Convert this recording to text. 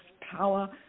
power